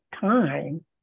time